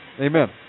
Amen